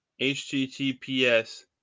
HTTPS